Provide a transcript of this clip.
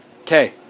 Okay